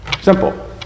Simple